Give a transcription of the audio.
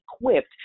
equipped